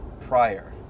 prior